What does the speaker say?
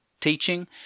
teaching